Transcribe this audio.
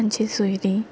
तांची सोयरी